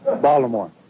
Baltimore